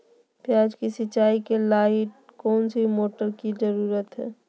प्याज की सिंचाई के लाइट कौन सी मोटर की जरूरत है?